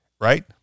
right